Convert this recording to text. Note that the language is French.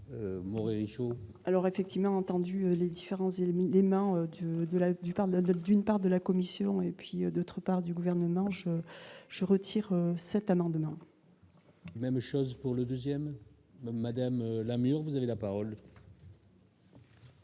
Alors effectivement entendu les différents éléments dément du de la du par date d'une part de la Commission et puis d'autre part du gouvernement, je retire cet amendement. Même chose pour le 2ème madame, Lamure vous avez la parole.